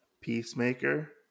Peacemaker